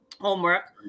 homework